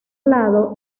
lado